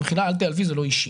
במחילה, אל תיעלבי, זה לא אישי.